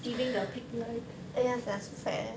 feeding the pig life